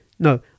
No